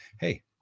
hey